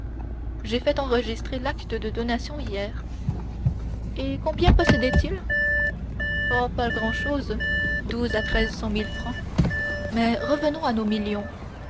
j'ai fait enregistrer l'acte de donation hier et combien possédaient ils oh pas grand-chose douze à treize cent mille francs mais revenons à nos millions